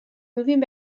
moving